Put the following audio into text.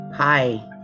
Hi